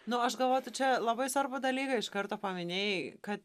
nu aš galvoju tu čia labai svarbų dalyką iš karto paminėjai kad